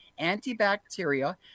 antibacteria